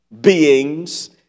beings